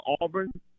Auburn